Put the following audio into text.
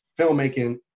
filmmaking